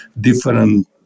different